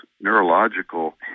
neurological